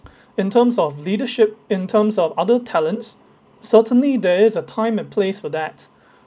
in terms of leadership in terms of other talents certainly there is a time and place for that